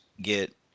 get